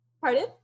Pardon